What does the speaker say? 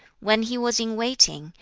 when he was in waiting,